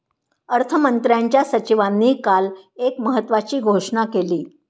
अर्थमंत्र्यांच्या सचिवांनी काल एक महत्त्वाची घोषणा केली